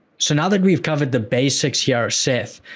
so, now, that we've covered the basics here, seth,